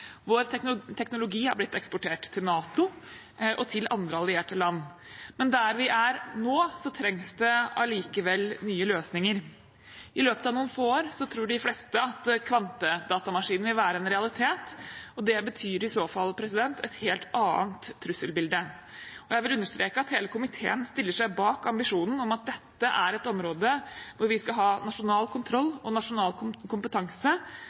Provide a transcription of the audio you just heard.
Vår teknologi har blitt eksportert til NATO og til andre allierte land, men der vi er nå, trengs det allikevel nye løsninger. I løpet av noen få år tror de fleste at kvantedatamaskiner vil være en realitet, og det betyr i så fall et helt annet trusselbilde. Jeg vil understreke at hele komiteen stiller seg bak ambisjonen om at dette er et område hvor vi skal ha nasjonal kontroll og nasjonal kompetanse,